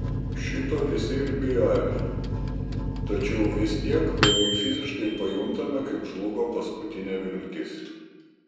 šito visi ir bijojome tačiau vis tiek beveik fiziškai pajuntame kaip žlugo paskutinė viltis